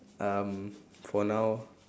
um for now